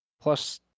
plus